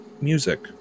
music